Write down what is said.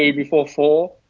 ah before four,